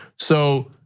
so,